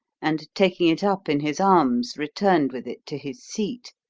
and taking it up in his arms, returned with it to his seat.